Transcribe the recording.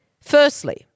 Firstly